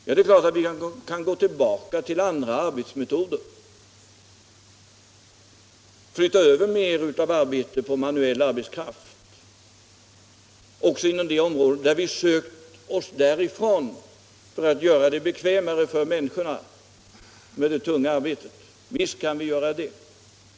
Det är klart att vi kan gå tillbaka till andra arbetsmetoder, flytta över mer manuellt arbete på arbetskraften också inom de områden där vi har sökt oss därifrån för att göra det bekvämare för människorna med det tunga arbetet. Visst kan vi göra det.